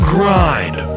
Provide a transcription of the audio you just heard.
Grind